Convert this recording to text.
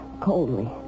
Coldly